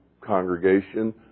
congregation